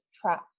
traps